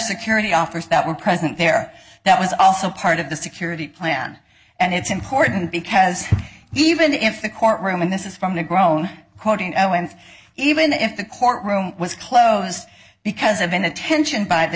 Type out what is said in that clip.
security officers that were present there that was also part of the security plan and it's important because even if the court room and this is from the grown quoting went even if the courtroom was closed because of inattention by the